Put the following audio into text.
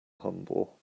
humble